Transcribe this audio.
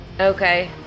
Okay